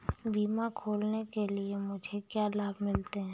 बीमा खोलने के लिए मुझे क्या लाभ मिलते हैं?